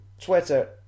Twitter